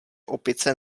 opice